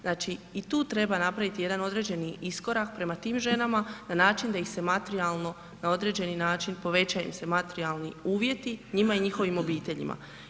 Znači i tu treba napraviti jedan određeni iskorak prema tim ženama na način da im se materijalno na određeni način povećaju im se materijalni uvjeti njima i njihovim obiteljima.